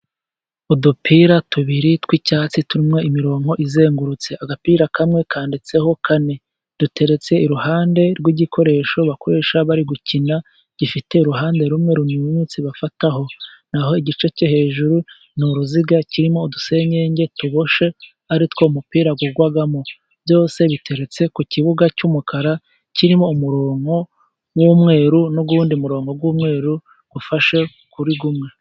Udupira tubiri tw'icyatsi turimo imirongo izengurutse. Agapira kamwe kanditseho kane. Duteretse iruhande rw'igikoresho bakoresha bari gukina, gifite uruhande rumwe runyunyutse bafataho. Na ho igice cyo hejuru ni uruziga. Kirimo udusenyenge tuboshye ari two umupira ugwamo. Byose biteretse ku kibuga cy'umukara kirimo umurongo w'umweru, n'uwundi murongo w'umweru ufashe ukuri umwe.